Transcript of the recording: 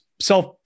self